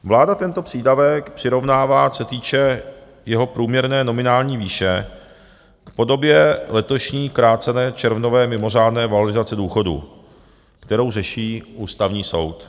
Vláda tento přídavek přirovnává, co se týče jeho průměrné nominální výše, k podobě letošní krácené červnové mimořádné valorizace důchodů, kterou řeší Ústavní soud.